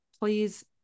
Please